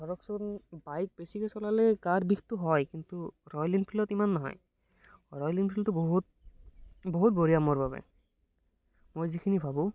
ধৰকচোন বাইক বেছিকে চলালেই কঁকালৰ বিষটো হয় কিন্তু ৰয়েল এনফিলত ইমান নহয় ৰয়েল এনফিল্ডটো বহুত বহুত বঢ়িয়া মোৰ বাবে মই যিখিনি ভাবো